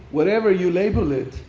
whatever you label it,